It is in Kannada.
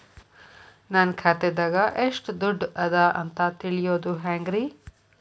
ನನ್ನ ಖಾತೆದಾಗ ಎಷ್ಟ ದುಡ್ಡು ಅದ ಅಂತ ತಿಳಿಯೋದು ಹ್ಯಾಂಗ್ರಿ?